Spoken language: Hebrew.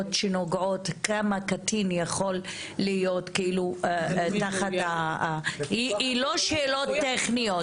שנוגעות כמה קטין יכול להיות כאילו תחת ה- הם לא שאלות טכניות,